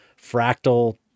fractal